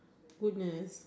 goodness